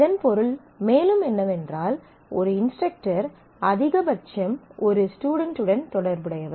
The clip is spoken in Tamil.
இதன் பொருள் மேலும் என்னவென்றால் ஒரு இன்ஸ்ட்ரக்டர் அதிகபட்சம் ஒரு ஸ்டுடென்ட் உடன் தொடர்புடையவர்